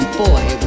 boy